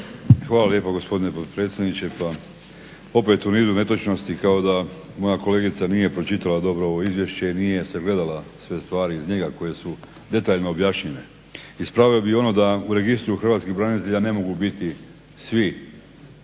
Hvala lijepa gospodine potpredsjedniče. Pa opet u nizu netočnosti kao da moja kolegica nije pročitala dobro ovo izvješće i nije sagledala sve stvari iz njega koje su detaljno objašnjene. Ispravio bih i ono da u registru hrvatskih branitelja ne mogu biti svi.